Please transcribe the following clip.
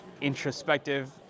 Introspective